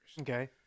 Okay